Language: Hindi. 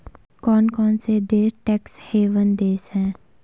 कौन कौन से देश टैक्स हेवन देश हैं?